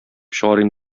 чыгарыйм